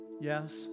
Yes